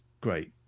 great